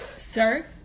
Sir